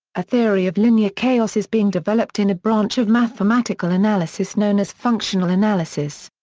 a theory of linear chaos is being developed in a branch of mathematical analysis known as functional analysis.